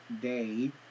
day